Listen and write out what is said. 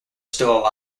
still